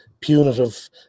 punitive